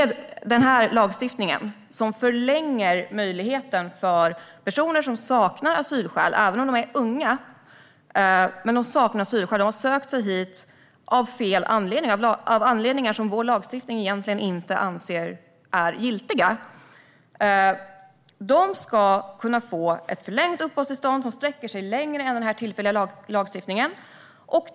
Denna lagstiftning förlänger möjligheten för personer som saknar asylskäl, även om de är unga, och som har sökt sig hit av fel anledningar - anledningar som vår lagstiftning inte anser är giltiga - att få förlängt uppehållstillstånd som sträcker sig längre än med den tillfälliga lagstiftningen.